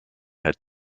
had